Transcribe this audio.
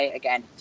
again